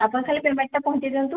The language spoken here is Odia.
ଆପଣ ଖାଲି ପେମେଣ୍ଟଟା ପହଞ୍ଚାଇ ଦିଅନ୍ତୁ